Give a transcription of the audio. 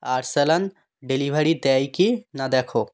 Arsalan delivery দেয় কি না দেখ